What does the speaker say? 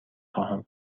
خواهم